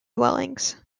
dwellings